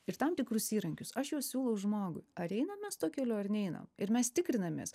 ir tam tikrus įrankius aš juos siūlau žmogui ar einam mes tuo keliu ar neinam ir mes tikrinamės